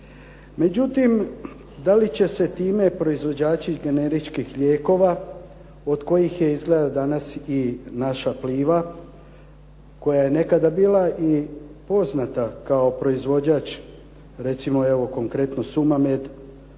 Međutim, da li će se time proizvođači generičkih lijekova od kojih je izgleda danas naša Pliva, koja je nekada bila i poznata kao proizvođač recimo evo konkretno Sumamed,